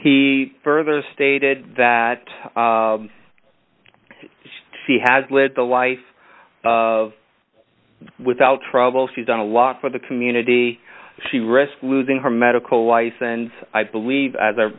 he further stated that he has lived a life of without trouble she's done a lot for the community she risked losing her medical license i believe as